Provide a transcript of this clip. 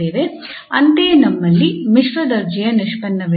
ಅಂತೆಯೇ ನಮ್ಮಲ್ಲಿ ಮಿಶ್ರ ದರ್ಜೆಯ ನಿಷ್ಪನ್ನವಿದೆ